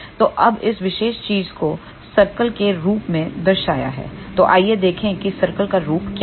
तो अब इस विशेष चीज़ को सर्कल के रूप में दर्शाया है तो आइए देखें कि सर्कल का रूप क्या है